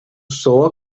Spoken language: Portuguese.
soa